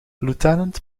lieutenant